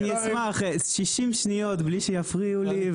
אני אשמח, 60 שניות בלי שיפריעו לי.